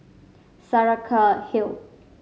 Saraca Hill